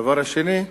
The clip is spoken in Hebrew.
הדבר השני,